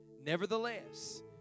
Nevertheless